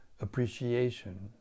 appreciation